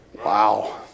Wow